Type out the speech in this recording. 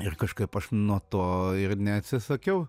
ir kažkaip aš nuo to ir neatsisakiau